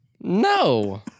No